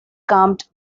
calmed